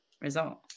result